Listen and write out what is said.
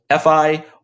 FI